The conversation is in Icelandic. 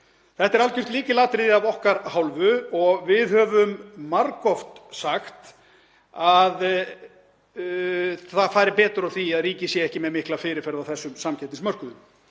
Þetta er algjört lykilatriði af okkar hálfu og við höfum margoft sagt að það færi betur á því að ríkið sé ekki með mikla fyrirferð á samkeppnismörkuðum.